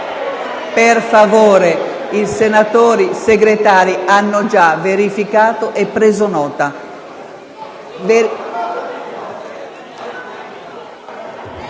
Per favore, i senatori Segretari hanno già verificato e preso nota...